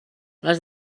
les